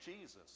Jesus